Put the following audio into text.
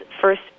first